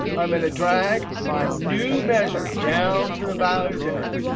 i'm going to drag my new measure down to the values area.